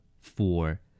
Four